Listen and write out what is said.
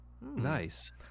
nice